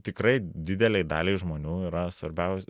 tikrai didelei daliai žmonių yra svarbiaus